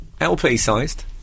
LP-sized